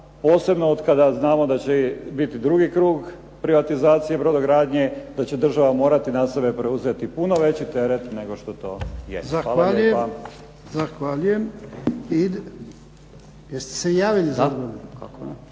posebno od kada znamo da će biti drugi krug privatizacije brodogradnje, da će država morati na sebe preuzeti puno veći teret nego što to jest. Hvala lijepa. **Jarnjak, Ivan